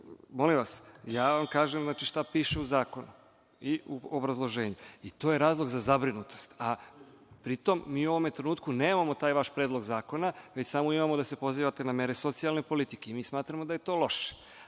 Molim vas, ja vam kažem šta piše u zakonu i u obrazloženju i to je razlog za zabrinutost, a pri tom u ovom trenutku nemamo taj vap Predlog zakona, već samo imamo da se pozivate na mere socijalne politike i smatramo da je to loše,